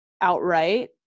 outright